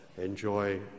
enjoy